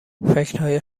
فکرهای